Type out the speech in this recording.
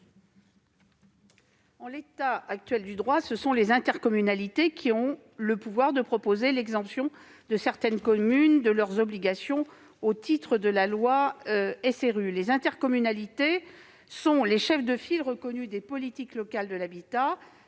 En l'état actuel du droit, ce sont les intercommunalités qui ont le pouvoir de proposer l'exemption de certaines communes de leurs obligations au titre de la loi SRU, elles sont les chefs de file reconnus des politiques locales de l'habitat